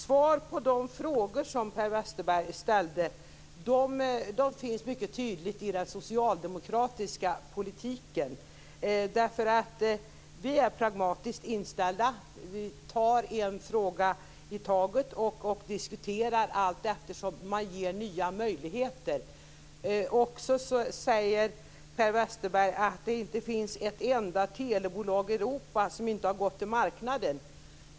Svaret på de frågor som Per Westerberg ställde finns mycket tydligt i den socialdemokratiska politiken. Vi är nämligen pragmatiskt inställda. Vi tar en fråga i taget och diskuterar dem allteftersom det ges nya möjligheter. Sedan säger Per Westerberg att det inte finns ett enda telebolag i Europa som inte har vänt sig till marknaden.